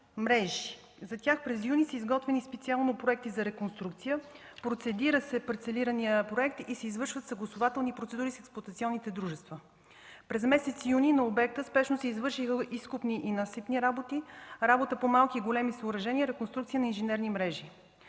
мрежи. За тях през месец юни са изготвени специални проекти за реконструкция. Процедира се парцелирания проект и се извършват съгласувателни процедури с експлоатационните дружества. През месец юни на обекта спешно се извършиха изкопни и насипни работи, работа по малки и големи съоръжения, реконструкция на инженерни мрежи.